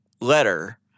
letter